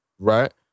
right